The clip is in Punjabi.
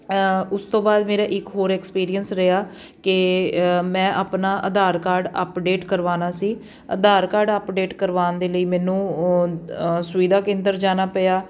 ਉਸ ਤੋਂ ਬਾਅਦ ਮੇਰਾ ਇੱਕ ਹੋਰ ਐਕਸਪੀਰੀਅੰਸ ਰਿਹਾ ਕਿ ਮੈਂ ਆਪਣਾ ਆਧਾਰ ਕਾਰਡ ਅਪਡੇਟ ਕਰਵਾਉਣਾ ਸੀ ਆਧਾਰ ਕਾਰਡ ਅਪਡੇਟ ਕਰਵਾਉਣ ਦੇ ਲਈ ਮੈਨੂੰ ਸੁਵਿਧਾ ਕੇਂਦਰ ਜਾਣਾ ਪਿਆ